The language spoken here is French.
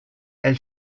elle